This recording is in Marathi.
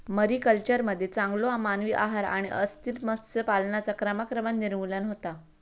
मरीकल्चरमध्ये चांगलो मानवी आहार आणि अस्थिर मत्स्य पालनाचा क्रमाक्रमान निर्मूलन होता